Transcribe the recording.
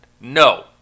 No